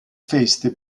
feste